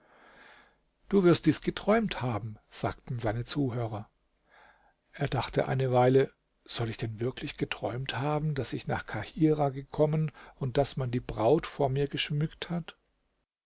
du wirst dies geträumt haben sagten seine zuhörer er dachte eine weile soll ich denn wirklich geträumt haben daß ich nach kahirah gekommen und daß man die braut vor mir geschmückt hat